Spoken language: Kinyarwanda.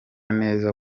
neza